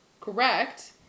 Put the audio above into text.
correct